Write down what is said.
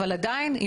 אבל עדיין,